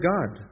God